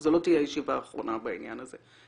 זו לא תהיה הישיבה האחרונה בעניין הזה,